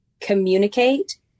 communicate